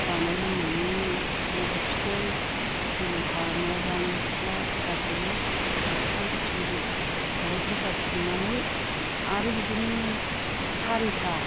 जानाय लोंनायनि लेथेर फिथेर थोरसि लथा न' बां सिथ्ला फोसाबस्रांजोबफिनदो ओमफ्राय फोसाबखांनानै आरो बिदिनो सारि था